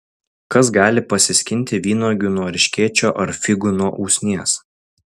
kas gali pasiskinti vynuogių nuo erškėčio ar figų nuo usnies